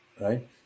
Right